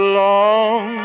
long